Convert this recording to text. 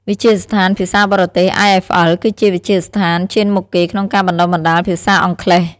វិទ្យាស្ថានភាសាបរទេស IFL គឺជាវិទ្យាស្ថានឈានមុខគេក្នុងការបណ្តុះបណ្តាលភាសាអង់គ្លេស។